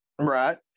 Right